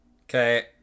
Okay